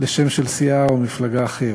לשם של סיעה או מפלגה אחרת.